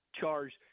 charged